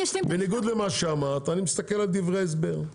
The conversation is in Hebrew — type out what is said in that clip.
בניגוד למה שאמרת, אני מסתכל בדברי ההסבר.